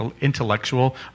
intellectual